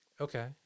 Okay